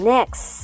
Next